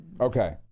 okay